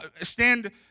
stand